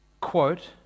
quote